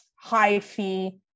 high-fee